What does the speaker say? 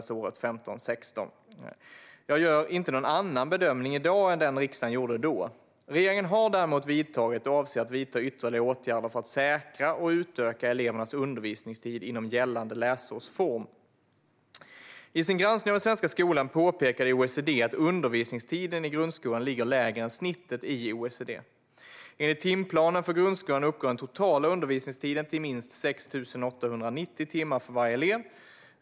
Jag gör inte någon annan bedömning i dag än den riksdagen gjorde då. Regeringen har däremot vidtagit och avser att vidta ytterligare åtgärder för att säkra och utöka elevernas undervisningstid inom gällande läsårsform. I sin granskning av den svenska skolan påpekade OECD att undervisningstiden i grundskolan ligger lägre än snittet i OECD . Enligt timplanen för grundskolan uppgår den totala undervisningstiden till minst 6 890 timmar för varje elev.